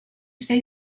say